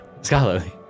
Scholarly